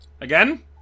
Again